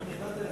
אם נכנסת לזה,